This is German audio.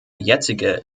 jetzige